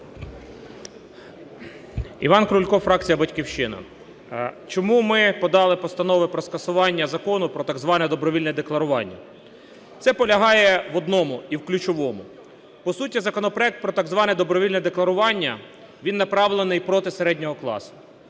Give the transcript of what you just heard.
Іван Крулько, фракція "Батьківщина". Чому ми подали Постанову про скасування Закону про так зване добровільне декларування? Це полягає в одному і в ключовому. По суті законопроект про так зване добровільне декларування, він направлений проти середнього класу,